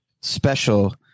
special